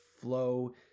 flow